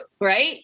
Right